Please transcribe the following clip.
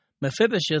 Mephibosheth